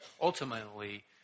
ultimately